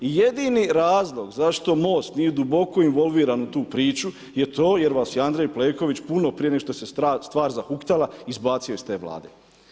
I jedini razlog zašto Most nije duboko involviran u tu priču, je to jer vas je Andrej Plenković, puno prije nego što se je strast zahuktala izbacio iz te vlade.